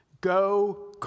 Go